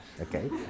okay